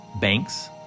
Banks